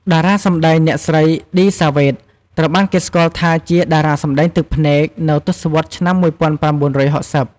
តារាសម្តែងអ្នកស្រី ឌី សាវ៉េត ត្រូវបានគេស្គាល់ថាជា "តារាសម្តែងទឹកភ្នែក" នៅទសវត្សរ៍ឆ្នាំ ១៩៦០។